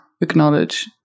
acknowledge